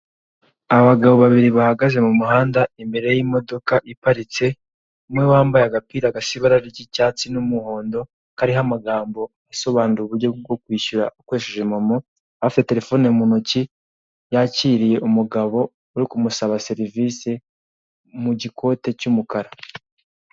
Abagabo babiri bahagaze mu muhanda imbere y'imodoka iparitse, umwe wambaye agapira gasa ibara ry'icyatsi n'umuhondo kariho amagambo asobanura uburyo bwo kwishyura ukoresheje momo afite telefone mu ntoki, yakiriye umugabo uri kumusaba serivisi mu gikote cy'umukara.